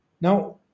now